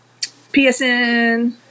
PSN